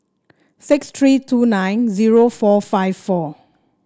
six three two nine zero four five four